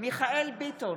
מיכאל מרדכי ביטון,